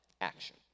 action